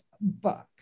book